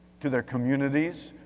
to their communities,